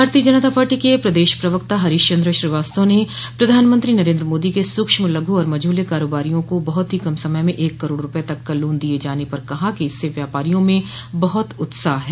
भारतीय जनता पार्टी के प्रदेश प्रवक्ता हरीश चन्द्र श्रीवास्तव ने प्रधानमंत्री नरेन्द्र मोदी के सूक्ष्म लघु और मंझोले कारोबारियों को बहुत ही कम समय में एक करोड़ रूपये तक का लोन दिये जाने पर कहा कि इससे व्यापारियों में बहुत उत्साह है